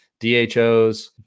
DHOs